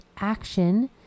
action